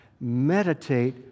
meditate